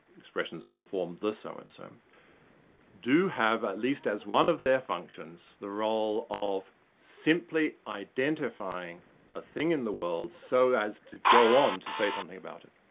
expressions of the form the so so-and-so so do have at least as one of their functions, the role of simply identifying a thing in the world so as to go on to say something about it.